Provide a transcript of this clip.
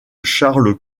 charles